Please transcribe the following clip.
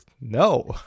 no